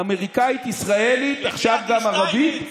האמריקנית-ישראלית, ועכשיו גם ערבית,